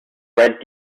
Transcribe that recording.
red